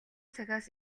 цагаас